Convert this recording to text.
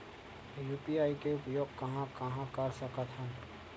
UPI के उपयोग कहां कहा कर सकत हन?